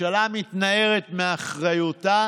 הממשלה מתנערת מאחריותה